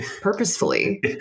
purposefully